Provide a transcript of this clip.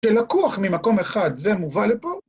שלקוח ממקום אחד ומובא לפה,